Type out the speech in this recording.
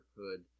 hood